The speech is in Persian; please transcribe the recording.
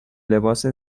لباس